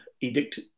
edict